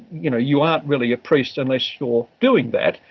you know, you aren't really a priest unless you're doing that,